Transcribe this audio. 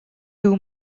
too